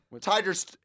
Tiger's